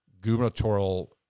gubernatorial